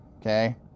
okay